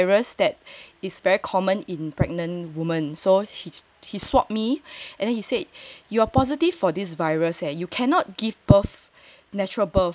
well check 你有没有 infection like there's this virus that is very common in pregnant women so he's he swabbed me and then he said you are positive for this virus eh you cannot give birth